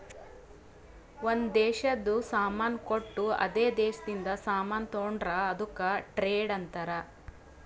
ಒಂದ್ ದೇಶದು ಸಾಮಾನ್ ಕೊಟ್ಟು ಅದೇ ದೇಶದಿಂದ ಸಾಮಾನ್ ತೊಂಡುರ್ ಅದುಕ್ಕ ಟ್ರೇಡ್ ಅಂತಾರ್